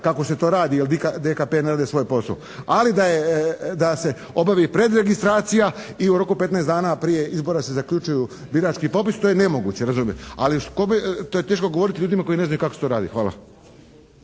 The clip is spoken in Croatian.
kako se to radi jer DKP ne rade svoj posao, ali da se obavi predregistracija i u roku 15 dana prije izbora se zaključuju birački popisi to je nemoguće razumjeti, ali to je teško govoriti ljudima koji ne znaju kako se to radi. Hvala.